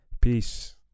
peace